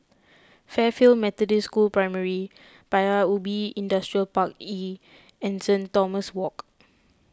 Fairfield Methodist School Primary Paya Ubi Industrial Park E and Saint Thomas Walk